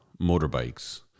motorbikes